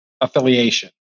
affiliation